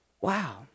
Wow